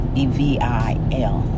evil